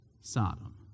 Sodom